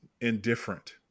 indifferent